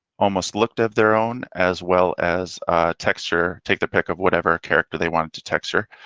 almost look to have their own as well as texture take the pick of whatever character they wanted to texture,